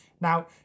now